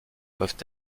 peuvent